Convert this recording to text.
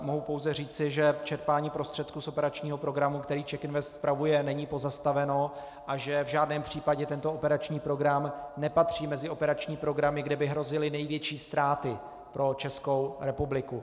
Mohu pouze říci, že čerpání prostředků z operačního programu, který CzechInvest spravuje, není pozastaveno a že v žádném případě tento operační program nepatří mezi operační programy, kde by hrozily největší ztráty pro Českou republiku.